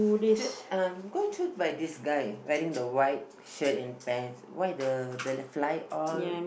through uh go through by this guy wearing the white shirt and pants why the the fly all